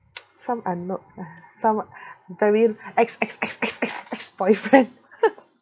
some are not uh some very ex ex ex ex ex ex boyfriend